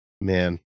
man